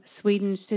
Sweden